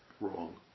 wrong